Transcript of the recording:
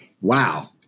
wow